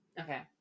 Okay